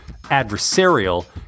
adversarial